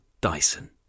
Dyson